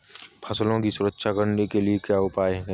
फसलों की सुरक्षा करने के लिए क्या उपाय करें?